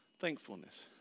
Thankfulness